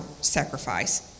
sacrifice